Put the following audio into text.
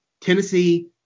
Tennessee